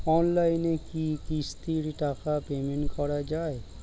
অনলাইনে কি কিস্তির টাকা পেমেন্ট করা যায়?